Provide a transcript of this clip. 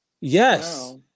Yes